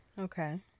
Okay